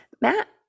Matt